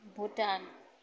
Bhutan